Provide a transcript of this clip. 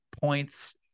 points